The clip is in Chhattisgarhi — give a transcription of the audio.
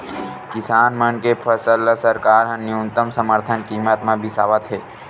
किसान मन के फसल ल सरकार ह न्यूनतम समरथन कीमत म बिसावत हे